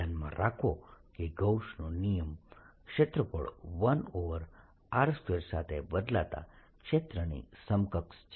ધ્યાનમાં રાખો કે ગૌસનો નિયમ ક્ષેત્રફળ 1r2 સાથે બદલાતા ક્ષેત્રની સમકક્ષ છે